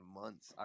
months